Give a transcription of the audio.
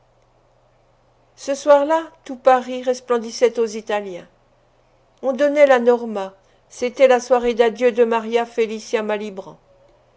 ce soir-là tout paris resplendissait aux italiens on donnait la norma c'était la soirée d'adieu de maria felicia malibran